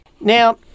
Now